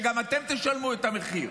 וגם אתם תשלמו את המחיר.